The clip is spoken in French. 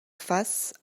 face